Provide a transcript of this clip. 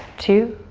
two,